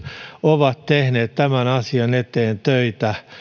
ovat tehneet sen eteen töitä